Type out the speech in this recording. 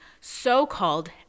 so-called